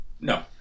No